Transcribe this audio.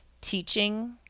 teaching